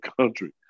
country